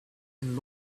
been